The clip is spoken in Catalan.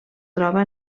troba